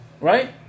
right